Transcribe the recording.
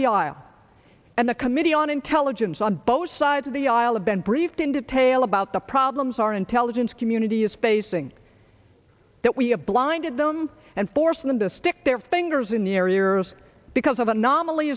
the aisle and the committee on intelligence on both sides of the aisle have been briefed in detail about the problems our intelligence community is facing that we have blinded them and force them to stick their fingers in the air ears because of anomal